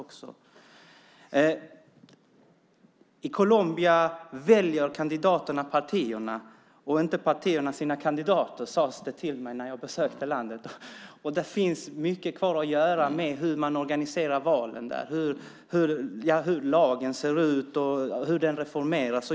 I Colombia väljer kandidaterna partier, inte partierna kandidater. Så sades det till mig när jag besökte landet. Det finns alltså mycket kvar att göra vad gäller organiserandet av valen och hur lagstiftningen ska reformeras.